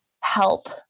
help